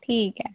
ठीक ऐ